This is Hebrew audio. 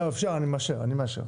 לא, אפשר, אני מאשר, אני מאשר.